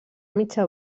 mitja